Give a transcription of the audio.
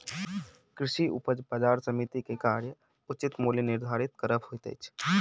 कृषि उपज बजार समिति के कार्य उचित मूल्य निर्धारित करब होइत अछि